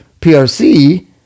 PRC